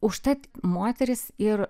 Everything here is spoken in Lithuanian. užtat moterys ir